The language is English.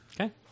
Okay